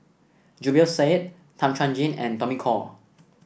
Zubir Said Tan Chuan Jin and Tommy Koh